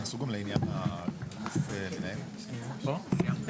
(הישיבה